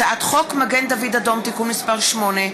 הצעת חוק מגן דוד אדום (תיקון מס׳ 8),